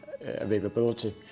availability